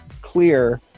clear